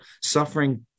suffering